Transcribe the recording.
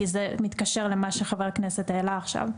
כי אבל זה מתקשר למה שחבר הכנסת העלה עכשיו.